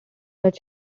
that